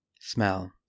Smell